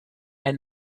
and